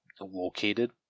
located